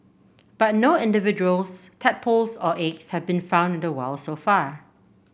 but no individuals tadpoles or eggs have been found in the wild so far